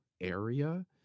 area